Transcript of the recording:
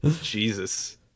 Jesus